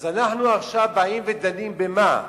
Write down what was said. אז אנחנו עכשיו באים ודנים, במה?